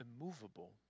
immovable